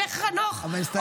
וחנוך --- אבל הסתיים הזמן.